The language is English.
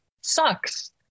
sucks